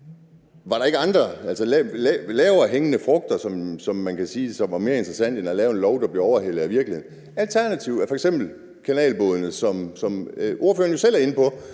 var der ikke andre, lavere hængende frugter – som man kan sige det – som var mere interessante end at lave en lov, der bliver overhalet af virkeligheden? Alternativet er f.eks. kanalbådene, som ordføreren jo selv er inde på